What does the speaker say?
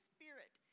Spirit